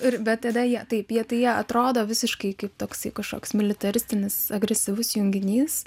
ir bet tada jie taip jie tai atrodo visiškai kaip toksai kažkoks militaristinis agresyvus junginys